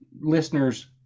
listeners